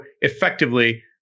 effectively